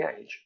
age